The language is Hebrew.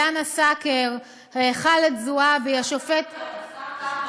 אילנה סקר, ח'אלד זועבי, השופט, השר כחלון.